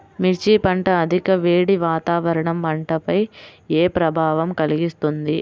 మిర్చి పంట అధిక వేడి వాతావరణం పంటపై ఏ ప్రభావం కలిగిస్తుంది?